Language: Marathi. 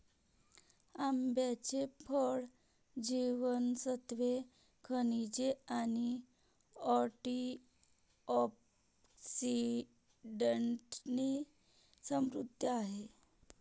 आंब्याचे फळ जीवनसत्त्वे, खनिजे आणि अँटिऑक्सिडंट्सने समृद्ध आहे